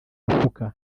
mufuka